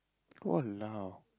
!walao!